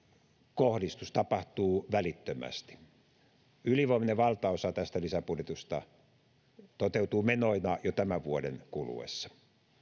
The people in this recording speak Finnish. kohdistus tapahtuu välittömästi ylivoimainen valtaosa tästä lisäbudjetista toteutuu menoina jo tämän vuoden kuluessa